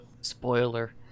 Spoiler